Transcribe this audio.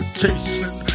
chasing